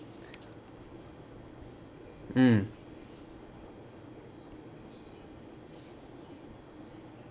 mm